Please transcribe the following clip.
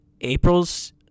April's